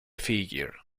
figure